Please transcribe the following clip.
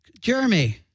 Jeremy